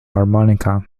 harmonica